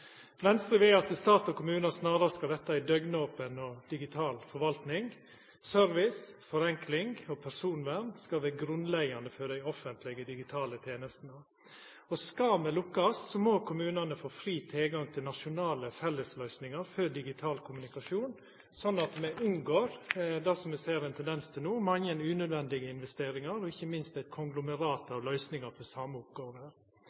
Venstre vil at stat og kommune snarast skal verta ei døgnopen og digital forvalting. Service, forenkling og personvern skal vera grunnleggjande for dei offentlege digitale tenestene. Skal me lukkast, må kommunane få fri tilgang til nasjonale fellesløysingar for digital kommunikasjon, sånn at me unngår det som me ser ein tendens til no: mange unødvendige investeringar og ikkje minst